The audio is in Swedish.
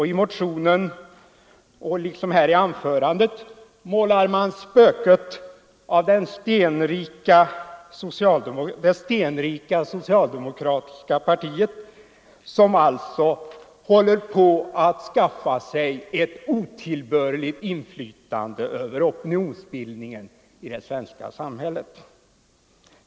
I motionen liksom här i anförandena målar man upp spöket av det stenrika socialdemokratiska partiet som alltså håller på att skaffa sig ett otillbörligt inflytande över opinionsbildningen i det svenska samhället.